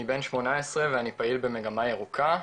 אני בן 18 ואני פעיל במגמה ירוקה.